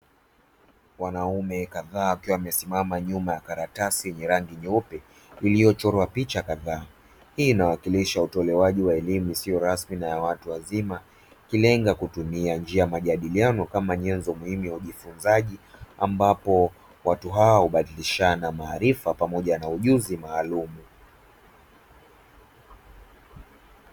Wanaume kadhaa wakiwa wamesimama nyuma ya karatasi yenye rangi nyeupe iliyochorwa picha kadhaa, hii inawakilisha utolewaji wa elimu isiyo rasmi na watu wazima ikilenga kutumia njia ya majadiliano kama nyezo muhimu ya ujifunzaji ambapo watu hao hubadilishana maarifa pamoja na ujuzi maalumu.